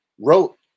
wrote